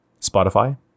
spotify